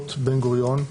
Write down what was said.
למוסדות בן-גוריון,